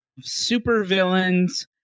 supervillains